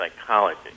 psychology